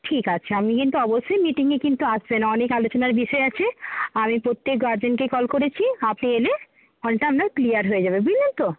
ঠিক আছে আপনি কিন্তু অবশ্যই মিটিংয়ে কিন্তু আসবেন অনেক আলোচনার বিষয় আছে আমি প্রত্যেক গার্জেনকেই কল করেছি আপনি এলে আপনার ক্লিয়ার হয়ে যাবে বুঝলেন তো